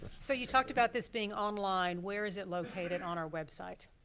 so you talked about this being online, where is it located and on our website?